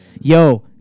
Yo